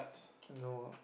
I know